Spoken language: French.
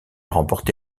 remporté